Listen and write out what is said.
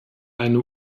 eine